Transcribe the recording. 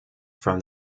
from